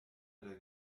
der